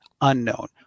unknown